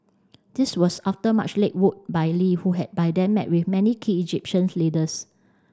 this was after much legwork by Lee who had by then met with many key Egyptian leaders